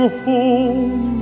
home